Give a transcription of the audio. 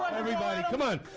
everybody come on,